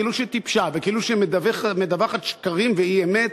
כאילו שהיא טיפשה וכאילו שהיא מדווחת שקרים ואי-אמת,